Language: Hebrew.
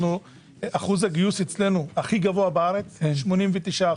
אחוז הגיוס אצלנו הכי גבוה בארץ 89%,